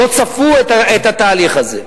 לא צפו את התהליך הזה.